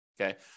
okay